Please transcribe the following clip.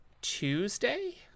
Tuesday